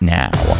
now